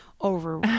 over